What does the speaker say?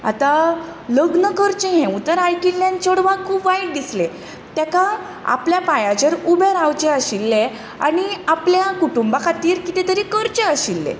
आतां लग्न करचें हें उतर आयकिल्ल्यान चेडवाक खूब वायट दिसलें ताका आपल्या पांयांचेर उबे रावचें आशिल्लें आनी आपल्या कुटूंबा खातीर कितें तरी करचें आशिल्लें